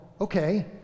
Okay